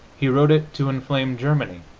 he wrote it to inflame germany